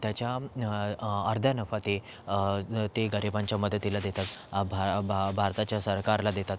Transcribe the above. त्याच्या अर्धा नफा ते ते गरिबांच्या मदतीला देतात भा बा भारताच्या सरकारला देतात